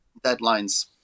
deadlines